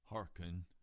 Hearken